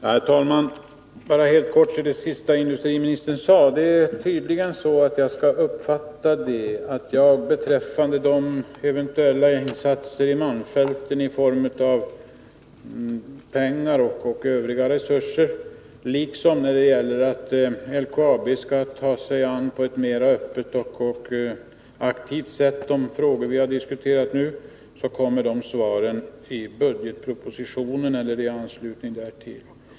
Herr talman! Bara helt kort. Det som industriministern avslutningsvis sade skall jag tydligen uppfatta så, att beträffande eventuella insatser i malmfälten i form av pengar och övriga resurser, liksom när det gäller om LKAB på ett mer öppet och aktivt sätt skall ta sig an de frågor vi nu har diskuterat, får vi besked i budgetpropositionen.